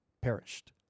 perished